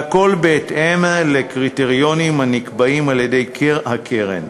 והכול בהתאם לקריטריונים הנקבעים על-ידי הקרן.